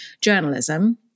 journalism